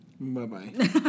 Bye-bye